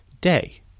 day